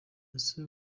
ese